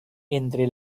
entre